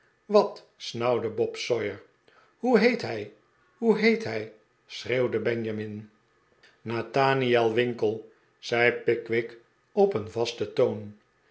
wat snauwde bob sawyer hoe heet hij hoe heet hij schreeuwde benjamin nathaniel winkle zei pickwick op een vasten toon